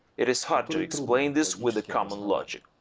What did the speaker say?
it is hard to explain this with the common logic.